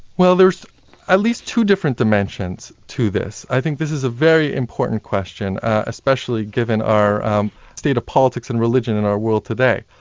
well, there's at least two different dimensions to this. i think this is a very important question, especially given our state of politics and religion in our world today.